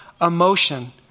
emotion